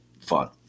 fun